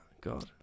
God